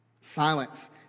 Silence